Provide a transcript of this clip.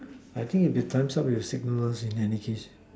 I think if the gun chop will signal in any situation